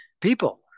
people